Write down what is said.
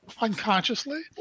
unconsciously